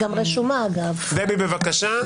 דבי בבקשה,